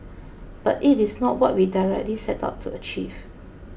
but it is not what we directly set out to achieve